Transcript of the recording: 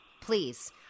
Please